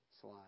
slide